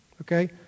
okay